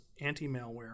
anti-malware